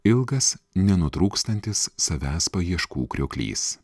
ilgas nenutrūkstantis savęs paieškų krioklys